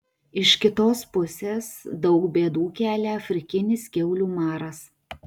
iš kitos pusės daug bėdų kelia afrikinis kiaulių maras